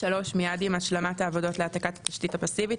מייד עם השלמת העבודות להעתקת התשתית הפסיבית,